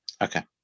Okay